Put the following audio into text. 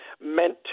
meant